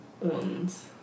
ones